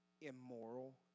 immoral